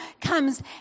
comes